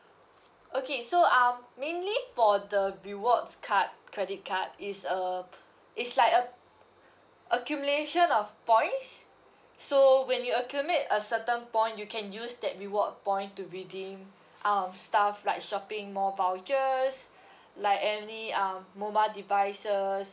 okay so um mainly for the rewards card credit card is a it's like ac~ accumulation of points so when you accumulate a certain point you can use that reward point to redeem um stuff like shopping mall vouchers like any um mobile devices